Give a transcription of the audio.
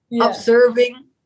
observing